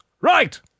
Right